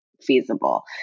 feasible